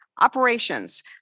Operations